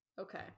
Okay